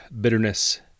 Bitterness